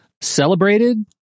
celebrated